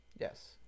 Yes